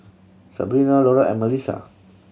Sebrina Laura and Malissa